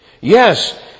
Yes